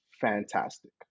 fantastic